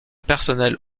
personnel